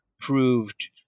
proved